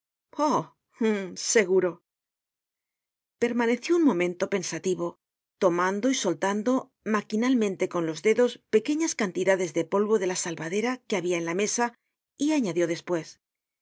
seguro permaneció un momento pensativo tomando y soltando maquinalmente con los dedos pequeñas cantidades de polvo de la salvadera que habia en la mesa y añadió despues